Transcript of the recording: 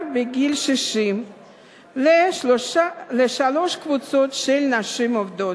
בגיל 60 לשלוש קבוצות של נשים עובדות: